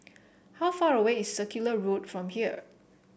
how far away is Circular Road from here